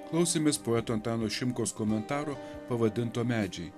klausėmės poeto antano šimkaus komentaro pavadinto medžiai